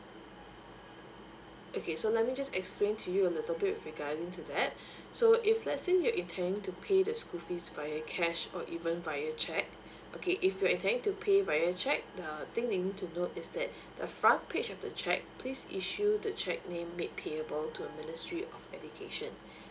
okay so let me just explain to you a little bit with regarding to that so if let's say you're intending to pay the school fees via cash or even via cheque okay if you're intending to pay via cheque the things you need to do is that the front page of the cheque please issue the cheque name made payable to a ministry of education